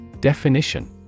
Definition